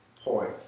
point